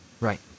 Right